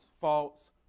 false